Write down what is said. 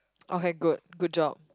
okay good good job